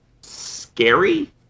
scary